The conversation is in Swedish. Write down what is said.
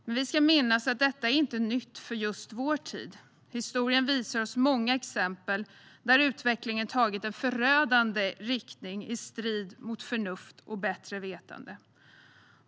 Men vi ska minnas att detta inte är nytt för just vår tid. Historien visar oss många exempel där utvecklingen tagit en förödande riktning i strid mot förnuft och bättre vetande.